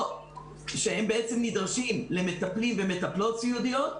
שנדרשים למטפלים ומטפלות סיעודיות.